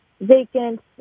vacant